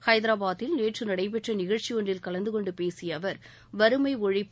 ஹைதராபாத்தில் நேற்று நடைபெற்ற நிகழ்ச்சிபொன்றில் கலந்து கொண்டு பேசிய அவர் வறுமை ஒழிப்பு